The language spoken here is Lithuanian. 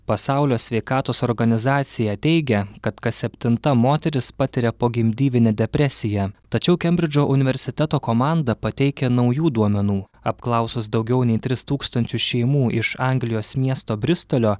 pasaulio sveikatos organizacija teigia kad kas septinta moteris patiria pogimdyvinę depresiją tačiau kembridžo universiteto komanda pateikia naujų duomenų apklausus daugiau nei tris tūkstančius šeimų iš anglijos miesto bristolio